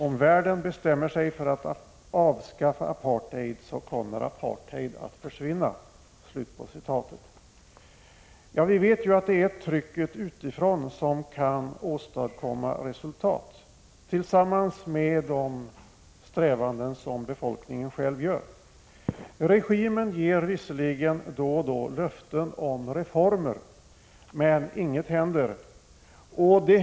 Om världen bestämmer sig för att avskaffa apartheid, kommer apartheid att försvinna.” Vi vet att det är trycket utifrån, tillsammans med befolkningens strävanden, som kan åstadkomma resultat. Regimen ger visserligen då och då löften om reformer, men inget händer.